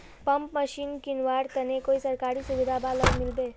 Pump machine किनवार तने कोई सरकारी सुविधा बा लव मिल्बी?